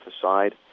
aside